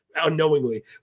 unknowingly